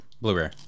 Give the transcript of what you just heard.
Blueberry